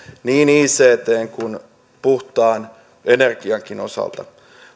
niin ictn kuin puhtaan energiankin osalta